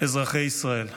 אזרחי ישראל,